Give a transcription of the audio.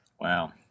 Wow